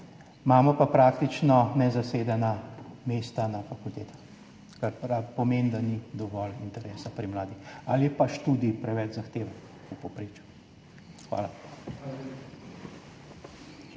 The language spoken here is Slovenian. imamo pa praktično nezasedena mesta na fakultetah, kar pomeni, da ni dovolj interesa pri mladih ali pa je študij preveč zahteven v povprečju. Hvala.